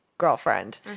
girlfriend